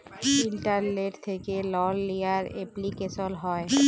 ইলটারলেট্ থ্যাকে লল লিয়ার এপলিকেশল হ্যয়